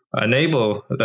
enable